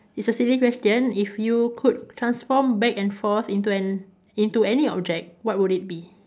it's a silly question if you could transform back and forth into an into any object what would it be